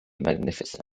magnificent